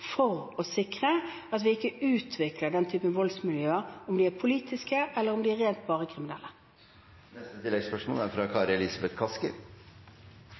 for å sikre at det ikke utvikles den typen voldsmiljøer, om de er politiske, eller om de er bare rent kriminelle. Kari Elisabeth Kaski